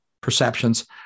perceptions